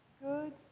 Good